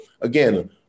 again